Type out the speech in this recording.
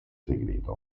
segreto